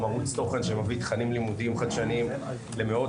זה ערוץ תוכן שמביא תכנים לימודיים חדשניים למאות